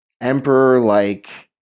emperor-like